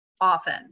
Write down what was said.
often